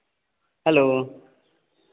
hello